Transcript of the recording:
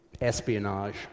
espionage